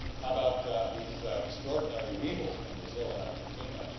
how about these extraordinary weevils from brazil and argentina,